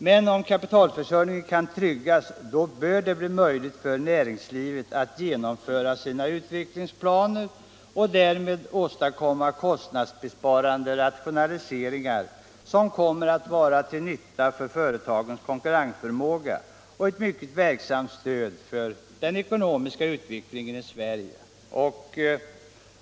Men om kapitalförsörjningen kan tryggas, bör det bli möjligt för näringslivet att genomföra sina utvecklingsplaner och därmed åstadkomma kostnadsbesparande rationaliseringar, som kommer att vara till nytta för företagens konkurrensförmåga och utgöra ett mycket verksamt stöd för den ekonomiska utvecklingen i Sverige.